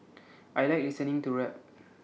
I Like listening to rap